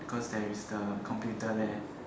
cause there is the computer there